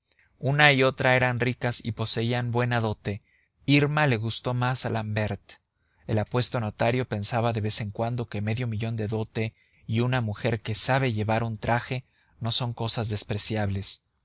una y otra eran ricas y poseían buena dote irma le gustó más a l'ambert el apuesto notario pensaba de vez en cuando que medio millón de dote y una mujer que sabe llevar un traje no son cosas despreciables